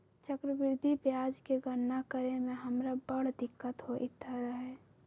चक्रवृद्धि ब्याज के गणना करे में हमरा बड़ दिक्कत होइत रहै